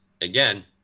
again